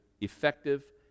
effective